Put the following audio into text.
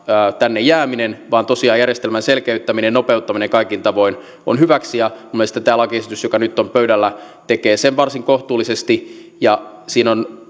tänne jääminen vaan tosiaan järjestelmän selkeyttäminen ja nopeuttaminen kaikin tavoin on hyväksi minun mielestäni tämä lakiesitys joka nyt on pöydällä tekee sen varsin kohtuullisesti siinä on